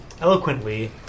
eloquently